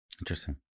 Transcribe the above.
Interesting